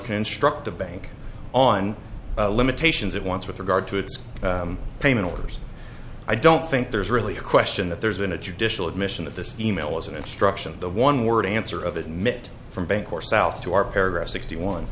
construct the bank on limitations it wants with regard to its payment orders i don't think there's really a question that there's been a judicial admission that this email is an instruction the one word answer of admit from bank or south to our paragraph sixty one